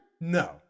no